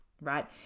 right